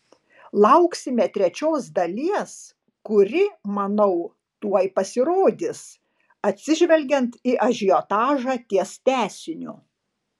lauksime trečios dalies kuri manau tuoj pasirodys atsižvelgiant į ažiotažą ties tęsiniu